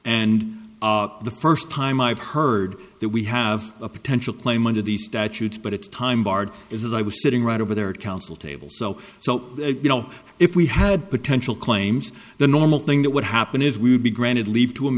and the first time i've heard that we have a potential claim under the statute but it's time barred is i was sitting right over there at counsel table so so you know if we had potential claims the normal thing that would happen is we would be granted leave to